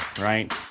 right